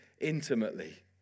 intimately